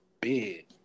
Big